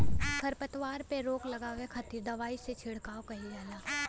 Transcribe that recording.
खरपतवार पे रोक लगावे खातिर दवाई के छिड़काव कईल जाला